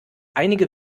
einige